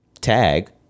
tag